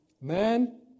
Man